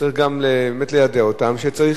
צריך גם באמת ליידע אותם שצריך,